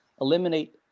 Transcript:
eliminate